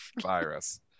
virus